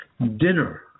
Dinner